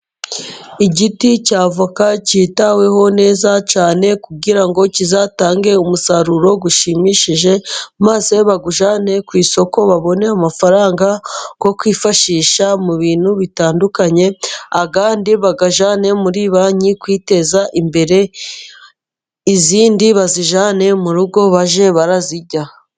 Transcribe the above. Igiti cya avoka cyitaweho neza cyane kugira ngo kizatange umusaruro ushimishije, maze bajye ku isoko babone amafaranga yo kwifashisha mu bintu bitandukanye ,ayandi bayajyane muri banki kwiteza imbere izindi bazijyane mu baje barazirya.